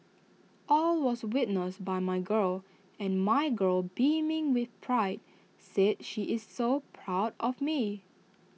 all was witnessed by my girl and my girl beaming with pride said she is so proud of me